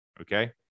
Okay